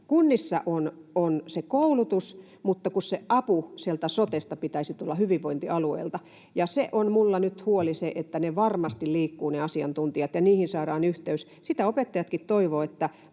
Kunnissa on se koulutus, mutta kun se apu sieltä sotesta pitäisi tulla hyvinvointialueilta. Ja siitä on minulla nyt huoli, että ne asiantuntijat varmasti liikkuvat ja heihin saadaan yhteys. Sitä opettajatkin toivovat,